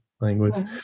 language